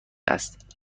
است